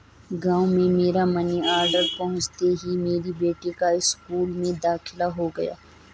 गांव में मेरा मनी ऑर्डर पहुंचते ही मेरी बेटी का स्कूल में दाखिला हो गया